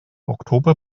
oktober